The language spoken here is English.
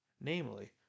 namely